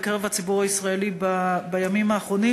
בקרב הציבור הישראלי בימים האחרונים.